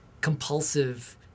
compulsive